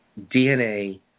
DNA